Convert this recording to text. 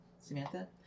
Samantha